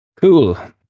Cool